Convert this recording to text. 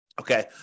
Okay